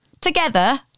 Together